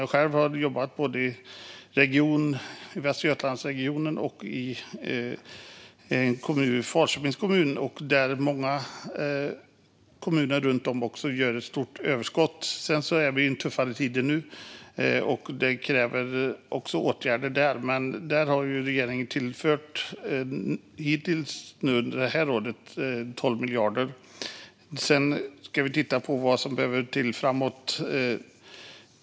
Jag har jobbat i Västra Götalandsregionen och i Falköpings kommun. Många kommuner har stora överskott. Men nu befinner vi oss i tuffare tider, och det kräver åtgärder. Regeringen har under det här året tillfört 12 miljarder. Sedan ska vi titta på vad som behövs framåt.